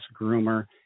groomer